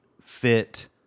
fit